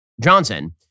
Johnson